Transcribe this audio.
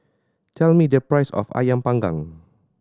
tell me the price of Ayam Panggang